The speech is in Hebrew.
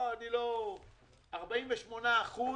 48%